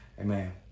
Amen